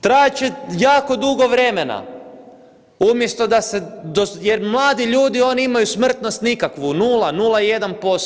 Trajat će jako dugo vremena, umjesto da se, jer mladi ljudi, oni imaju smrtnost nikakvu, 0, 0,1%